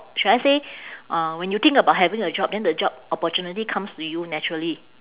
should I say uh when you think about having a job then the job opportunity comes to you naturally